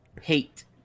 Hate